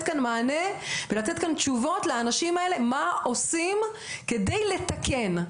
כאן מענה ולתת כאן תשובות לאנשים האלה כדי לתקן,